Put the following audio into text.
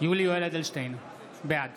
יולי יואל אדלשטיין, בעד